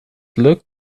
looked